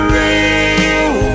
real